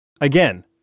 Again